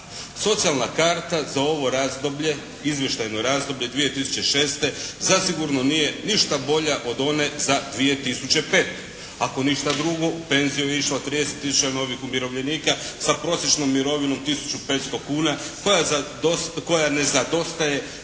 Socijalna karta za ovo razdoblje, izvještajno razdoblje 2006. zasigurno nije ništa bolja od one za 2005. Ako ništa drugo u penziju je išlo 30 tisuća novih umirovljenika sa prosječnom mirovinom 1500 kuna koja za, koja